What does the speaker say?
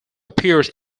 appears